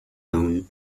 down